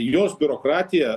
jos biurokratija